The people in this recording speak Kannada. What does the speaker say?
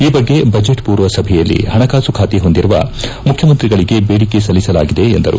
ಈ ಬಗ್ಗೆ ಬಜೆಟ್ ಪೂರ್ವ ಸಭೆಯಲ್ಲಿ ಹಣಕಾಸು ಖಾತೆ ಹೊಂದಿರುವ ಮುಖ್ಯಮಂತ್ರಿಗಳಿಗೆ ಬೇಡಿಕೆ ಸಲ್ಲಿಸಲಾಗಿದೆ ಎಂದರು